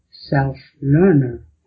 self-learner